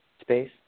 space